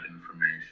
information